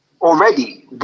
already